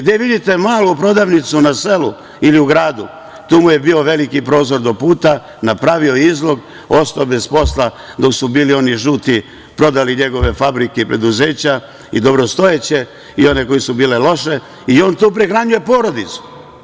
Gde vidite malu prodavnicu u selu ili u gradu, tu mu je bio veliki prozor do puta, napravio izlog, ostao bez posla dok su bili oni žuti, prodali njegove fabrike i preduzeća i dobrostojeće i one koje su bile loše i on tako prehranjuje porodicu.